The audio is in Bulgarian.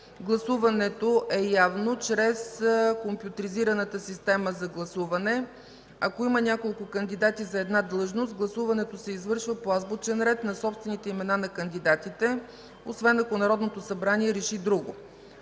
Гласуването е явно, чрез компютъризираната система за гласуване. Ако има няколко кандидати за една длъжност, гласуването се извършва по азбучен ред на собствените имена на кандидатите, освен ако Народното събрание реши друго.